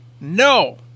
no